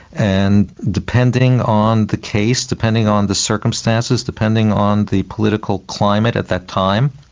and depending on the case, depending on the circumstances, depending on the political climate at that time,